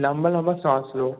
લાંબા લાંબા શ્વાસ લો